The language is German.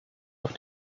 auf